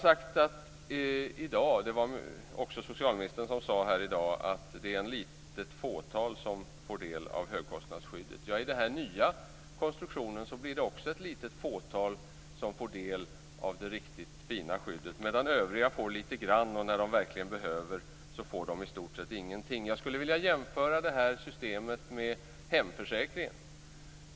Socialministern sade här i dag att det är ett litet fåtal som får del av högkostnadsskyddet. I den nya konstruktionen blir det också ett litet fåtal som får del av det riktigt fina skyddet, medan övriga får litet grand. När det verkligen behöver får de i stort sett ingenting. Jag skulle vilja jämföra det här systemet med hemförsäkringen.